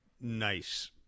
nice